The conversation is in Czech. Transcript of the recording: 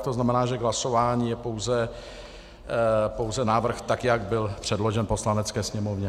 To znamená, že k hlasování je pouze návrh, tak jak byl předložen Poslanecké sněmovně.